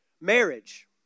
Marriage